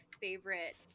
favorite